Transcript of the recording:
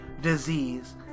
disease